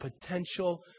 potential